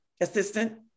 assistant